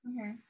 Okay